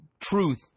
truth